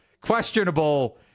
questionable